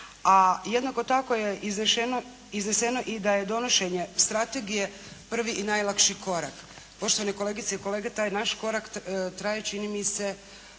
a jednako tako je izneseno i da je donošenje strategije prvi i najlakši korak. Poštovane kolegice i kolege, taj naš korak traje čini mi se